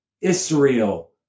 Israel